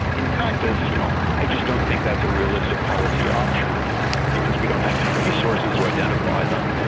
in practice you know i just don't think that's a realistic policy option because we don't have the resources to identify them,